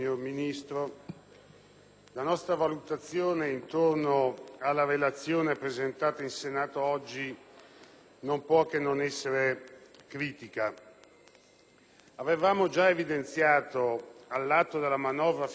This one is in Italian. la nostra valutazione intorno alla relazione presentata in Senato oggi non può non essere critica. Avevamo già evidenziato all'atto della manovra finanziaria